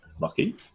lucky